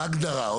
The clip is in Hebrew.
מה ההגדרה?